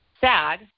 sad